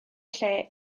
lle